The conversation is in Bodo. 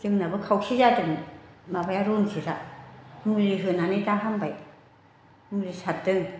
जोंनाबो खावसे जादोंमोन माबाया रनजितआ मुलि होनानै दा हामबाय मुलि सारदों